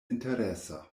interesa